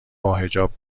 باحجاب